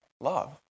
Love